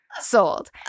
Sold